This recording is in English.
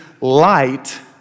light